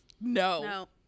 No